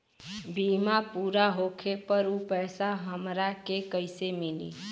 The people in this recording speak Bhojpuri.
बीमा पूरा होले पर उ पैसा हमरा के कईसे मिली?